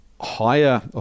Higher